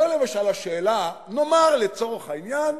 לא למשל השאלה, נאמר לצורך העניין,